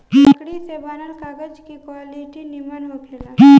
लकड़ी से बनल कागज के क्वालिटी निमन होखेला